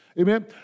Amen